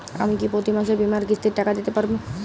আমি কি প্রতি মাসে বীমার কিস্তির টাকা দিতে পারবো?